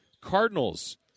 Cardinals